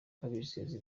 babizeza